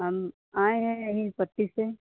हम आए हैं यहीं पट्टी से